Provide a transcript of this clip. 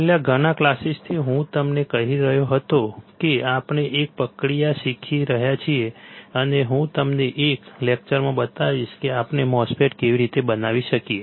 છેલ્લા ઘણા ક્લાસીસથી હું તમને કહી રહ્યો હતો કે આપણે એક પ્રક્રિયા શીખી રહ્યા છીએ અને હું તમને એક લેકચરમાં બતાવીશ કે આપણે MOSFET કેવી રીતે બનાવી શકીએ